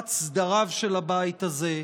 תחת סדריו של הבית הזה,